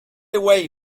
away